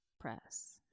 press